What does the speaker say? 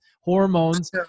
hormones